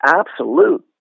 absolute